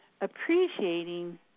appreciating